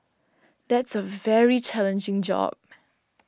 that's a very challenging job